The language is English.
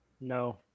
no